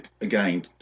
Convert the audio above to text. again